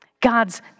God's